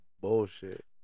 bullshit